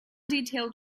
detailed